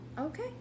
Okay